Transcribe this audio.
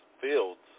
fields